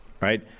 right